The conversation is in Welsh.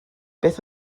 beth